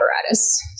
apparatus